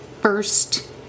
first